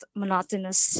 monotonous